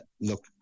Look